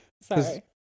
Sorry